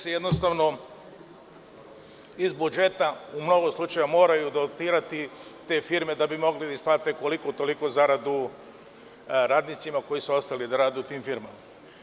Tu se jednostavno iz budžeta u malo slučajeva moraju dotirati te firme da bi mogli da isplate koliko toliko zaradu radnicima koji su ostali da rade u tim firmama.